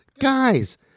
Guys